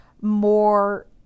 more